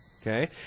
Okay